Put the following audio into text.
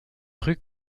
rue